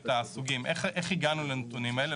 איך הגענו לנתונים האלה?